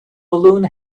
balloon